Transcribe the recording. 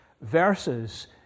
versus